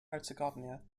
herzegovina